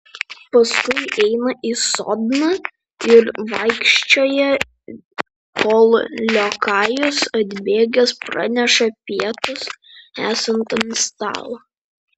paskui eina į sodną ir vaikščioja kol liokajus atbėgęs praneša pietus esant ant stalo